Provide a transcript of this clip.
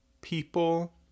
people